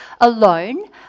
alone